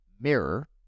mirror